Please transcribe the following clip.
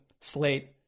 slate—